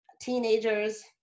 teenagers